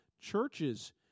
churches